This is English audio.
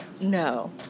No